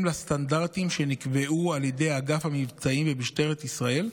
לסטנדרטים שנקבעו על ידי אגף המבצעים במשטרת ישראל,